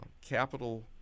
capital